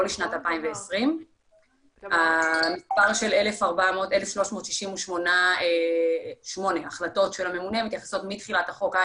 לא לשנת 2020. המספר של 1,368 החלטות של הממונה הוא מתחילת החוק,